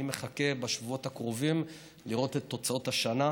אני מחכה בשבועות הקרובים לראות את תוצאות השנה.